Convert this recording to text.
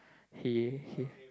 he he